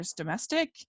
domestic